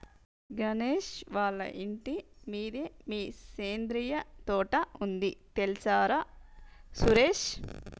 గణేష్ వాళ్ళ ఇంటి మిద్దె మీద సేంద్రియ తోట ఉంది తెల్సార సురేష్